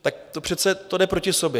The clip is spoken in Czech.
Tak to přece jde proti sobě.